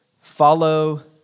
Follow